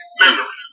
memory